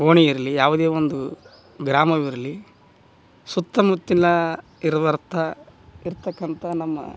ಓಣಿ ಇರಲಿ ಯಾವುದೇ ಒಂದು ಗ್ರಾಮವಿರಲಿ ಸುತ್ತಮುತ್ತಲ ಇರುವರ್ತ ಇರತಕ್ಕಂಥ ನಮ್ಮ